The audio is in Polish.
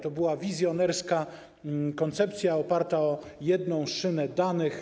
To była wizjonerska koncepcja oparta na jednej szynie danych.